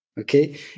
okay